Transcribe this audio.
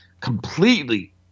Completely